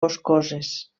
boscoses